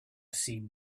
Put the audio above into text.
seemed